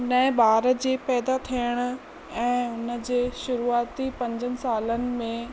नए ॿार जे पैदा थियण ऐं उन जे शुरूआती पंजनि सालनि में